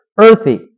earthy